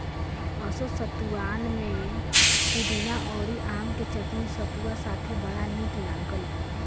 असो सतुआन में पुदीना अउरी आम के चटनी सतुआ साथे बड़ा निक लागल